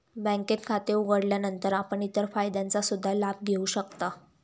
बँकेत खाते उघडल्यानंतर आपण इतर फायद्यांचा सुद्धा लाभ घेऊ शकता